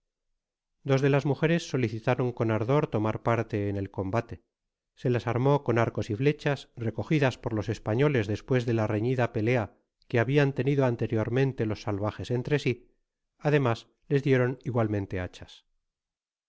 dos de las mujeres solicitaron con ardor tomar parte en el combate se las armó con arcos y flechas recogidas por los españoles despues de la reñida pelea que feabian tenido anteriormente los salvajes entre si ademas les dieron igualmente hachas